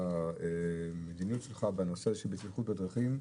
והמדיניות שלך בנושא בטיחות בדרכים,